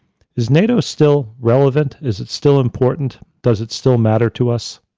is nato still relevant? is it still important? does it still matter to us?